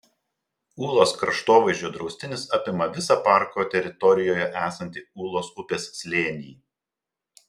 ūlos kraštovaizdžio draustinis apima visą parko teritorijoje esantį ūlos upės slėnį